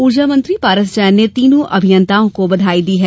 ऊर्जा मंत्री पारस जैन ने तीनों अभियंताओं को बधाई दी है